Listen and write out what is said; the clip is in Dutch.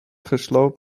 gesloopt